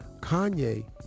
Kanye